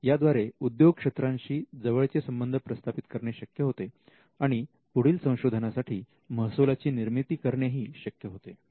याद्वारे उद्योग क्षेत्रांशी जवळचे संबंध प्रस्थापित करणे शक्य होते आणि पुढील संशोधनासाठी महसुलाची निर्मिती करणे ही शक्य होते